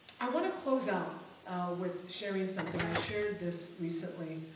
i wanna close out with sharing something. i shared this recently,